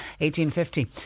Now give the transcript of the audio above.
1850